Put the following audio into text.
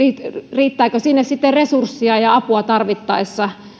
riittääkö sinne sitten resursseja ja tarvittaessa